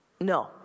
No